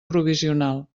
provisional